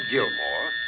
Gilmore